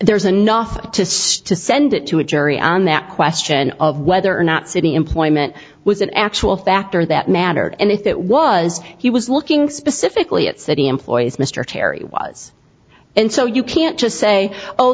there's enough to still send it to a jury on that question of whether or not city employment was an actual factor that mattered and if it was he was looking specifically at city employees mr terry was and so you can't just say oh